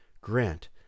grant